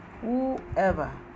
whoever